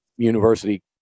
University